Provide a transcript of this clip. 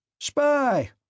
Spy